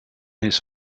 his